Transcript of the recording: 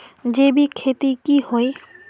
जैविक खेती की होय?